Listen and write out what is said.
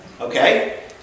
Okay